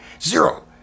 Zero